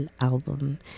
album